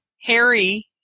Harry